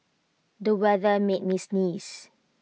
the weather made me sneeze